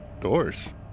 Doors